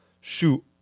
shoot